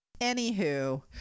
Anywho